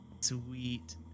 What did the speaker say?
Sweet